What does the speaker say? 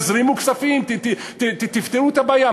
תזרימו כספים, תפתרו את הבעיה.